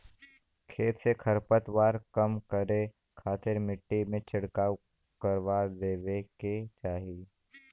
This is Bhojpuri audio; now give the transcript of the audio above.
खेत से खरपतवार कम करे खातिर मट्टी में छिड़काव करवा देवे के चाही